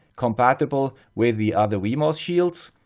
compatible with the other wemos shields,